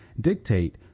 dictate